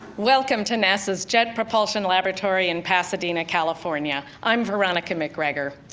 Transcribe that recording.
welcome to nasa's jet propulsion laboratory in pasadena, california, i'm veronica mcgregor.